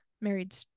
Married